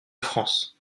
france